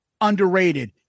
underrated